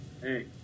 hey